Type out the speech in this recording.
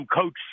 Coach